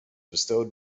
bestowed